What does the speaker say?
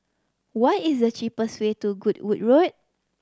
what is the cheapest way to Goodwood Road